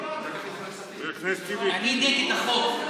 אני נגד החוק.